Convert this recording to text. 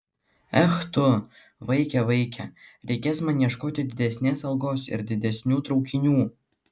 ech tu vaike vaike reikės man ieškoti didesnės algos ir didesnių traukinių